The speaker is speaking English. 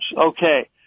Okay